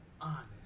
Honest